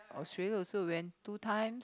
Australia also went two times